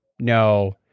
no